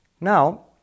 Now